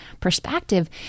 perspective